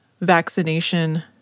vaccination